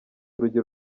yatanze